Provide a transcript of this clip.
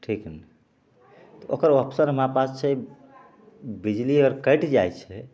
ठीक ने तऽ ओक्कर ऑप्शन हमरापास छै बिजली अगर कटि जाइ छै